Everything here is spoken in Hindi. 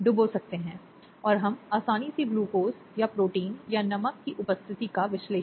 अब यह वही है जिसे घरेलू हिंसा अधिनियम में टाला जाना चाहिए